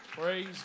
Praise